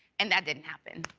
and that didn't happen.